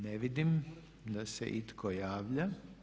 Ne vidim da se itko javlja.